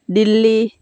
Delhi